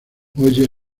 oye